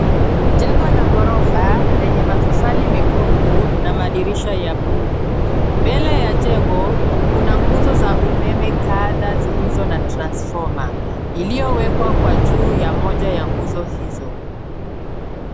Jengo la ghorofa lenye matofali mekundu na madirisha ya bluu. Mbele ya jengo, kuna nguzo za umeme kadha zilizo na transfoma iliyowekwa kwa juu ya moja ya nguzo hizo.